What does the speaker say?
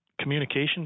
communication